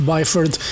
Byford